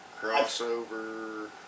Crossover